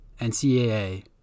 NCAA